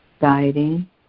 guiding